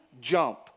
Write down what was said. jump